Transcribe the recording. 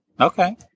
Okay